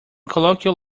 colloquial